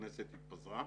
הכנסת התפזרה,